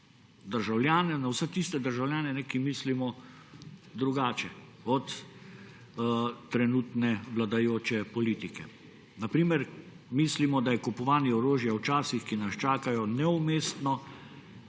opozicijo, na vse tiste državljane, ki mislimo drugače od trenutne vladajoče politike. Mislimo, da je kupovanje orožja v časih, ki nas čakajo, neumestno,